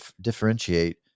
differentiate